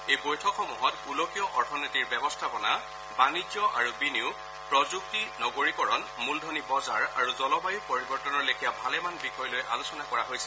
এই বৈঠকসমূহত গোলকীয় অৰ্থনীতিৰ ব্যৱস্থাপনা বাণিজ্য আৰু বিনিয়োগ প্ৰযুক্তি নগৰীকৰণ মূলধনী বজাৰ আৰু জলবায়ু পৰিৱৰ্তৰ লেখীয়া ভালেমান বিষয় লৈ আলোচনা কৰা হৈছিল